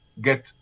get